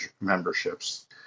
memberships